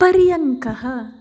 पर्यङ्कः